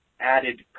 added